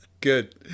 Good